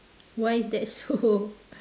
why is that so